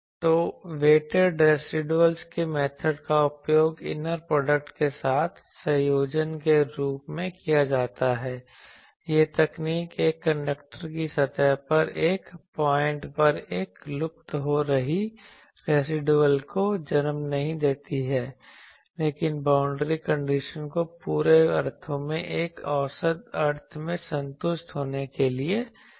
तो weighted residual के method का उपयोग इनर प्रोडक्ट के साथ संयोजन के रूप में किया जाता है यह तकनीक एक कंडक्टर की सतह पर हर पॉइंट पर एक लुप्त हो रही रेसीडुएल को जन्म नहीं देती है लेकिन बाउंड्री कंडीशन को पूरे अर्थों में एक औसत अर्थ में संतुष्ट होने के लिए मजबूर करती है